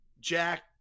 jack